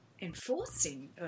enforcing